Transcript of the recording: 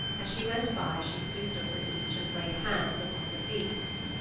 as she went by she stooped over each and laid hands upon their feet.